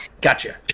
Gotcha